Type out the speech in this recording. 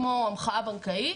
כמו המחאה בנקאית,